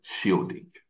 shielding